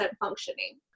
functioning